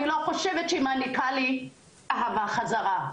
אני לא חושבת שהיא מעניקה לי אהבה בחזרה.